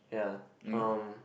ya um